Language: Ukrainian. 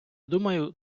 думаю